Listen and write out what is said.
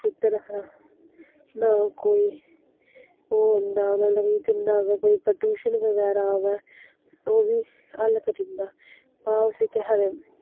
शुद्ध रखदा ना कोई ओह् होंदा मतलब कि गंदा आवै कोई प्रदूशन बगैरा आवै ओह् बी हल्ल करी जंदा तां उसी केह् आखदे